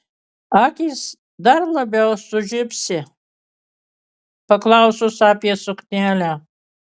akys dar labiau sužibsi paklausus apie suknelę